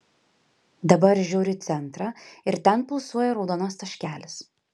dabar žiūriu į centrą ir ten pulsuoja raudonas taškelis